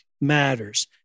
matters